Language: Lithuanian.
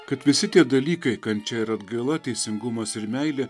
kad visi tie dalykai kančia ir atgaila teisingumas ir meilė